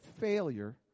failure